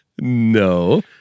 No